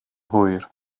hwyr